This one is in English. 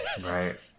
right